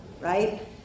right